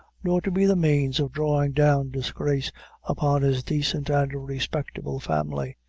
nor to be the means of drawing down disgrace upon his decent and respectable family.